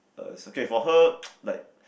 uh it's okay for her like